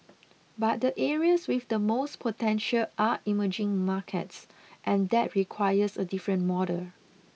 but the areas with the most potential are emerging markets and that requires a different model